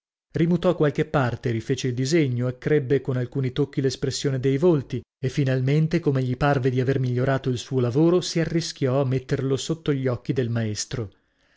rimutò qualche parte rifece il disegno accrebbe con alcuni tocchi l'espressione dei volti e finalmente come gli parve di aver migliorato il suo lavoro si arrischiò a metterlo sotto gli occhi del maestro